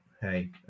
hey